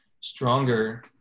stronger